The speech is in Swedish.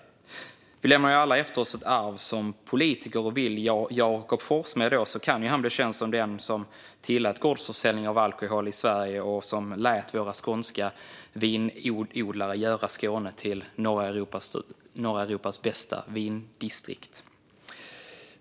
Vi politiker lämnar alla efter oss ett arv. Om Jakob Forssmed vill kan han bli känd som den som tillät gårdsförsäljning av alkohol i Sverige och den som lät våra skånska vinodlare göra Skåne till norra Europas bästa vindistrikt.